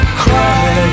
cry